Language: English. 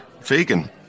vegan